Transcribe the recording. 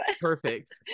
Perfect